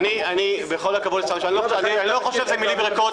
אני חושב שאלה לא מילים ריקות.